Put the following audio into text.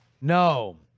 no